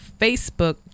Facebook